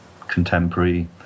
contemporary